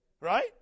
right